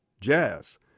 jazz